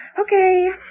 Okay